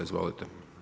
Izvolite.